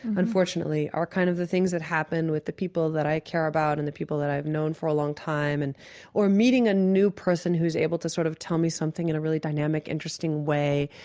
unfortunately, are kind of the things that happen with the people that i care about and the people that i've known for a long time and or meeting a new person who's able to sort of tell me something in a really dynamic, interesting way.